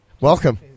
welcome